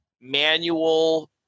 manual